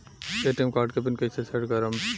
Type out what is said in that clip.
ATM card के pin कैसे set करम?